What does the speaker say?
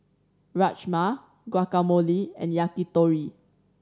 Rajma Guacamole and Yakitori